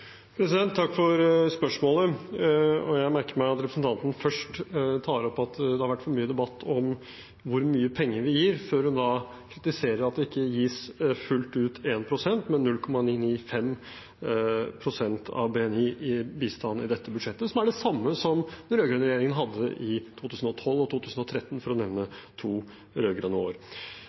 Takk for spørsmålet. Jeg merker meg at representanten først tar opp at det har vært for mye debatt om hvor mye penger vi gir, før hun kritiserer at det ikke gis fullt ut 1 pst, men 0,995 pst. av BNI i bistand i dette budsjettet, som er det samme som den rød-grønne regjeringen hadde i 2012 og 2013, for å nevne to rød-grønne år.